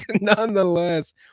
nonetheless